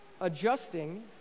adjusting